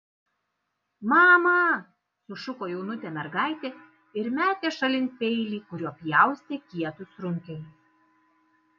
mama sušuko jaunutė mergaitė ir metė šalin peilį kuriuo pjaustė kietus runkelius